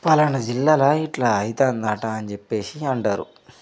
పలానా జిల్లాల ఇట్లా అవుతోంది అంటా అని చెప్పేసి అంటారు